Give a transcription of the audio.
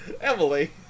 Emily